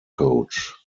coach